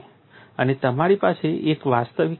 અને તમારી પાસે એક વાસ્તવિક ક્રેક છે